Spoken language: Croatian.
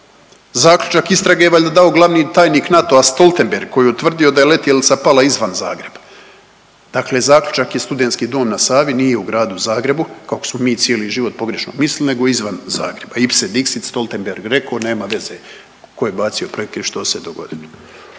Zaključak istrage je valjda dao glavni tajnik NATO-a Stoltenberg koji je utvrdio da je letjelica pala izvan Zagreba. Dakle, zaključak je Studentski dom na Savi nije u gradu Zagrebu kako smo mi cijeli život pogrešno mislili nego izvan Zagreba. Ipse dixit Stoltenberg rekao nema veze tko je bacio projektil, što se je dogodilo.